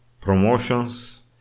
promotions